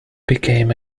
became